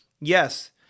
Yes